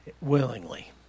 willingly